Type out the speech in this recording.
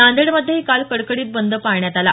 नांदेडमध्येही काल कडकडीत बंद पाळण्यात आला